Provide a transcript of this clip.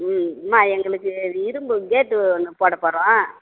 ம் மா எங்களுக்கு இரும்பு கேட்டு ஒன்று போட போகிறோம்